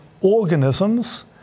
organisms